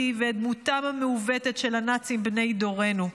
ואת דמותם המעוותת של הנאצים בני דורנו.